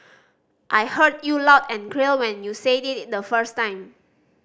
I heard you loud and when you said it in the first time